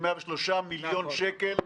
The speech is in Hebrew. את 103 מיליון השקלים הראשונים.